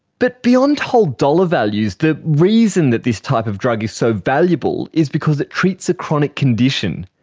but beyond whole dollar values, the reason that this type of drug is so valuable is because it treats a chronic condition.